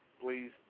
please